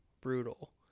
Brutal